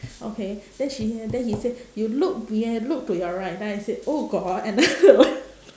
okay then she uh then he say you look here look to your right then I said oh got another one